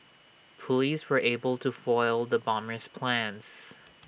Police were able to foil the bomber's plans